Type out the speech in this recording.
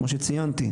כמו שציינתי,